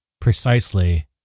precisely